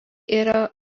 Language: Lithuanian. yra